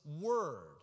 word